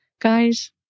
Guys